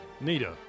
Nita